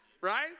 Right